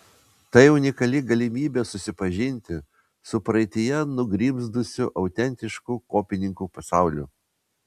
tai unikali galimybė susipažinti su praeityje nugrimzdusiu autentišku kopininkų pasauliu